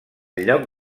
lloc